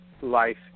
life